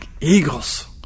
eagles